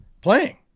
playing